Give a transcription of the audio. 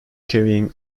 carrying